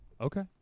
Okay